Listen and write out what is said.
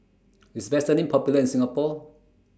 IS Vaselin Popular in Singapore